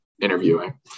interviewing